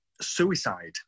suicide